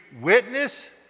witness